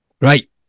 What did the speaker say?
Right